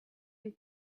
and